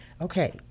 Okay